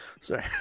sorry